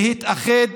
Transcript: להתאחד